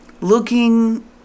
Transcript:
looking